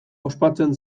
ospatzen